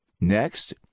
Next